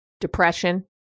depression